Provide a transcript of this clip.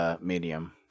medium